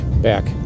back